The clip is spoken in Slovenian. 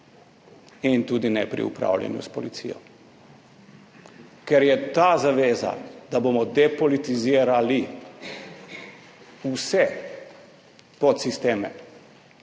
in tudi ne pri upravljanju s policijo, ker je ta zaveza, da bomo depolitizirali vse podsisteme,